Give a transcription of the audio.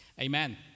amen